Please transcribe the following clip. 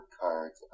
cards